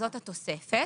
זאת התוספת,